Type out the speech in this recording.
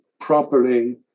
properly